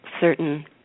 certain